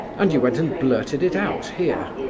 and you went and blurted it out here.